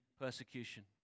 persecution